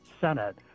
Senate